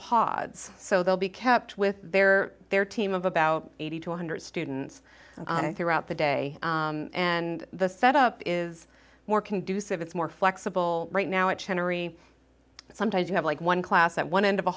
pods so they'll be kept with their their team of about eighty to one hundred students throughout the day and the set up is more conducive it's more flexible right now it's henery sometimes you have like one class at one end of a